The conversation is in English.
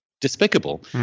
despicable